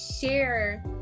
share